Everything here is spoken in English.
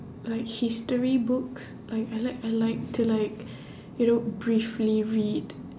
like history books like I like I like to like you know briefly read